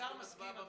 השר מסכים.